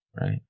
right